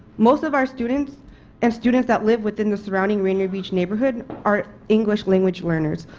most of our students and students that live within the surrounding rainier beach neighborhood are english language learners.